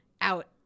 out